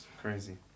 Crazy